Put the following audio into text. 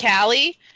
Callie